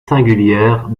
singulière